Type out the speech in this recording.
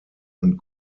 und